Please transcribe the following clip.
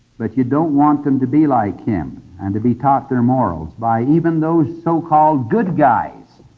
but you don't want them to be like him and to be taught their morals by even those so-called good guys